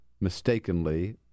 mistakenly